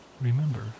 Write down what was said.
Remember